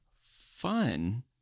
fun